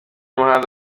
muhanzi